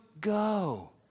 go